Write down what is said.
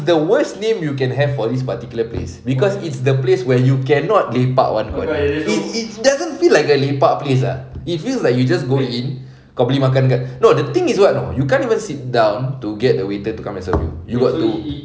the worst name you can have for this particular place cause it's the place where you cannot lepak one corner it it doesn't feel like the lepak place ah it feels like you just go in kau beli makan dekat no the thing is what know you can't even sit down to get the waiter to come and serve you you have to